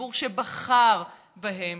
הציבור שבחר בהם.